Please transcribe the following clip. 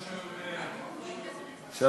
אדוני.